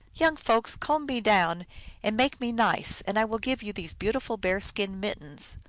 young folks, comb me down and make me nice, and i will give you these beautiful bear-skin mit tens.